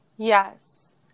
Yes